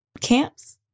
camps